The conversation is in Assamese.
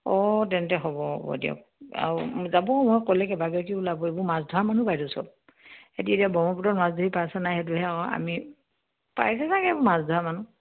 অঁ তেন্তে হ'ব হ'ব হ'ব দিয়ক আৰু যাবও মই ক'লে কেইবাগৰাকীও ওলাব এইবোৰ মাছ ধৰা মানুহ বাইদেউ চব সিহঁতে এতিয়া ব্ৰহ্মপুত্ৰত মাছ ধৰি পাইছেনে নাই সেইটোহে অঁ আমি পাইছে চাগে এইবোৰ মাছ ধৰা মানুহ